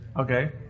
Okay